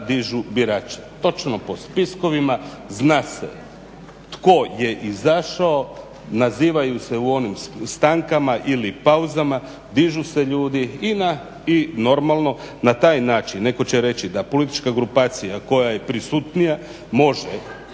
da dižu birače. Točno po spiskovima zna se tko je izašao, nazivaju se u onim stankama ili pauzama, dižu se ljudi i normalno na taj način netko će reći da politička grupacija koja je prisutnija može